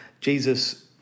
Jesus –